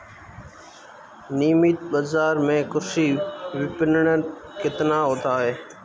नियमित बाज़ार में कृषि विपणन कितना होता है?